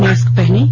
mask पहनें